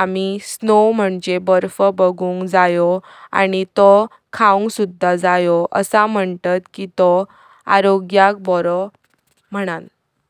आम्ही स्नो म्हणजे बर्फ बगुंग जयो आणी तो खाऊंग सुधा जयो असा मंतात की तो आरोग्याक बरो मणण।